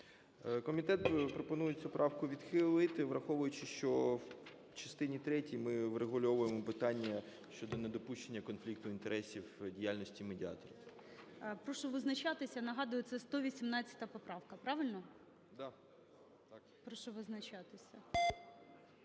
Комітет пропонує цю правку відхилити, враховуючи, що в частині третій ми врегульовуємо питання щодо недопущення конфлікту інтересів в діяльності медіаторів. ГОЛОВУЮЧИЙ. Прошу визначатися. Нагадую, це 118 поправка. Правильно? Прошу визначатися.